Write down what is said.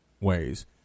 ways